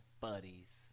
buddies